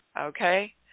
okay